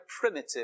primitive